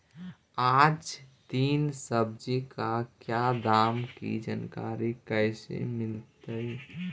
आज दीन सब्जी का क्या दाम की जानकारी कैसे मीलतय?